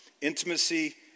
intimacy